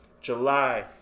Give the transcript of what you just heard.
July